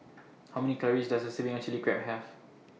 How Many Calories Does A Serving of Chili Crab Have